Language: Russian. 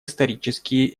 исторические